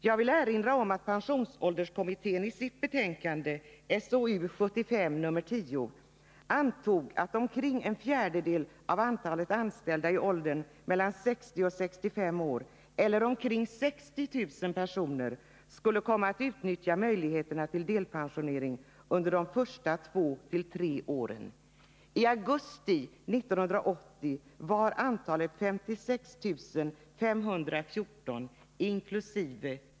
Jag vill erinra om att pensionsålderskommittén i sitt betänkande antog att omkring en fjärdedel av antalet anställda i åldern 60-65 år, eller omkring 60000 personer, skulle komma att utnyttja möjligheterna till delpensionering under de första två till tre åren. I augusti 1980 var antalet delpensionärer 56 514, inkl.